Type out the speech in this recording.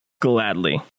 Gladly